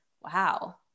wow